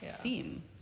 theme